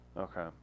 okay